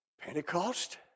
Pentecost